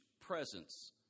Presence